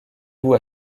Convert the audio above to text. vous